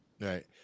Right